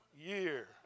year